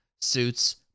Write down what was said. suits